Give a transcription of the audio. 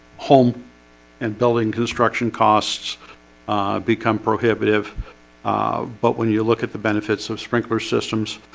home and building construction costs become prohibitive um but when you look at the benefits of sprinkler systems